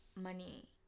Money